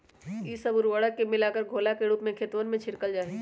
ई सब उर्वरक के मिलाकर घोला के रूप में खेतवन में छिड़कल जाहई